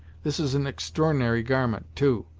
this is an extr'ornary garment, too,